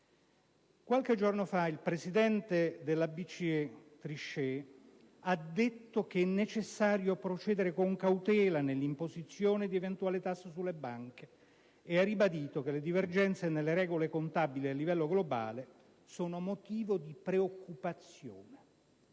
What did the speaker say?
Qualche giorno fa il presidente della BCE, Trichet, ha detto che è necessario procedere con cautela nell'imposizione di un eventuale tasso sulle banche e ha ribadito che le divergenze nelle regole contabili a livello globale sono motivo di preoccupazione.